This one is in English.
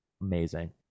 amazing